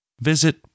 visit